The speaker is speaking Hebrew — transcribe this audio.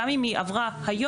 גם אם היא עברה היום,